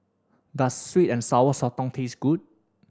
does sweet and Sour Sotong taste good